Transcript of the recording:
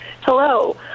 Hello